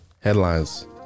Headlines